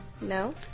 No